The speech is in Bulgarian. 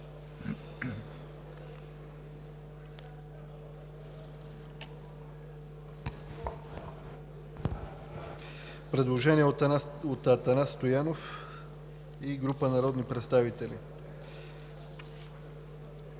предложение от Атанас Стоянов и група народни представители,